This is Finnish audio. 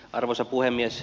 arvoisa puhemies